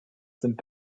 sind